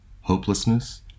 hopelessness